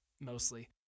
Mostly